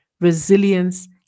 resilience